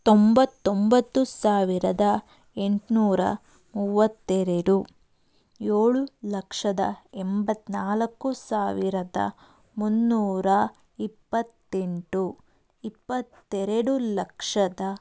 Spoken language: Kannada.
ತೊಂಬತ್ತೊಂಬತ್ತು ಸಾವಿರದ ಎಂಟುನೂರ ಮೂವತ್ತೆರಡು ಏಳು ಲಕ್ಷದ ಎಂಬತ್ತ್ನಾಲ್ಕು ಸಾವಿರದ ಮುನ್ನೂರ ಇಪ್ಪತ್ತೆಂಟು ಇಪ್ಪತ್ತೆರಡು ಲಕ್ಷದ